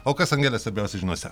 o kas angele svarbiausia žiniose